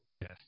Yes